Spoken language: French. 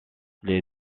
les